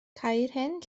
caerhun